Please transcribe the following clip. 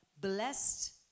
blessed